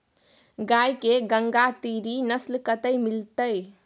गाय के गंगातीरी नस्ल कतय मिलतै?